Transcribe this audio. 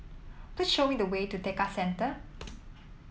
please show me the way to Tekka Centre